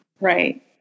Right